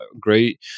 great